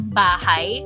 bahay